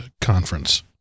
conference